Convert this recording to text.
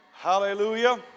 hallelujah